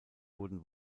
wurden